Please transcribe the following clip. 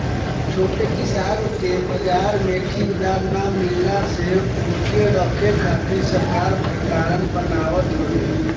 छोट किसान के बाजार में ठीक दाम ना मिलला से उनके रखे खातिर सरकार भडारण बनावत हवे